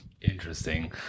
Interesting